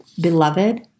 Beloved